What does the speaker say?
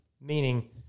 Meaning